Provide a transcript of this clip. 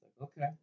okay